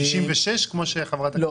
גיל 66. לא.